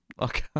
Okay